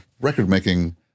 record-making